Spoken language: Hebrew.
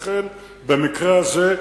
לכן, במקרה הזה,